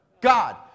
God